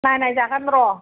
नायनायजागोन र'